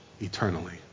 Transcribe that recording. eternally